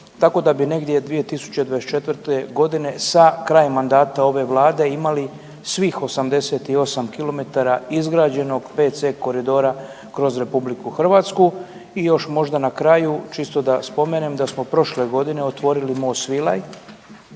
tako da bi negdje 2024. godine sa krajem mandata ove vlade imali svih 88 kilometara izrađenog 5C koridora kroz RH. I još možda na kraju čisto da spomenem da smo prošle godine otvorili most Svilaj